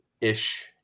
ish